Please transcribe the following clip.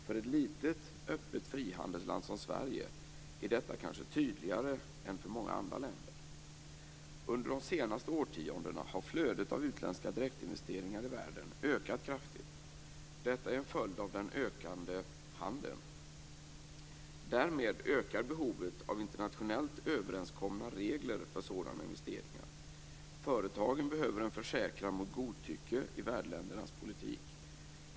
För ett litet, öppet frihandelsland som Sverige är detta kanske tydligare än för många andra länder. Under de senaste årtiondena har flödet av utländska direktinvesteringar i världen ökat kraftigt. Detta är en följd av den ökande handeln. Därmed ökar behovet av internationellt överenskomna regler för sådana investeringar. Företagen behöver en försäkran mot godtycke i värdländernas politik.